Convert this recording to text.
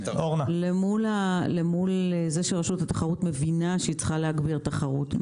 למול זה שרשות התחרות מבינה שהיא צריכה להגביר תחרות,